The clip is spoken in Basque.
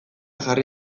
jarri